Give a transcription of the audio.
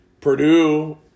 Purdue